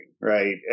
Right